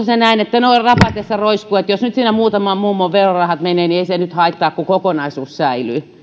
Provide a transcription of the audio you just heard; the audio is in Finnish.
se näin että no rapatessa roiskuu että jos nyt siinä muutaman mummon verorahat menee niin ei se nyt haittaa kun kokonaisuus säilyy